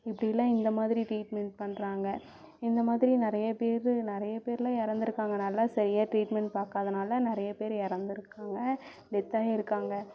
இப்படிலாம் இந்த மாதிரி ட்ரீட்மெண்ட் பண்ணுறாங்க இந்த மாதிரி நிறையா பேர் நிறையா பேர்லாம் இறந்துருக்காங்க நல்லா சரியா ட்ரீட்மெண்ட் பாக்காததுனால நிறையா பேர் இறந்துருக்காங்க டெத்தாகிருக்காங்க